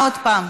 מה עוד פעם?